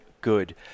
good